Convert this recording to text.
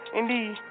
indeed